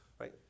Right